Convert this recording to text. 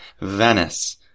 Venice